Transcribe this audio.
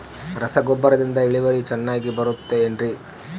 ರಸಗೊಬ್ಬರದಿಂದ ಇಳುವರಿ ಚೆನ್ನಾಗಿ ಬರುತ್ತೆ ಏನ್ರಿ?